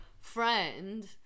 friend